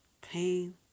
pain